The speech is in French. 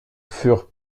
furent